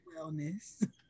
wellness